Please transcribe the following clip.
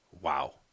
Wow